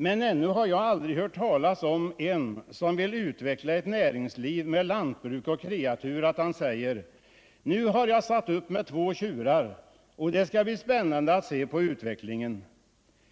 Men ännu har jag aldrig hört någon som vill utveckla ett näringsliv med lantbruk och kreatur säga: ”Nu har jag satt upp med två tjurar, och det skall bli spännande att se på utvecklingen.”